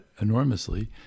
enormously